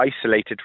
isolated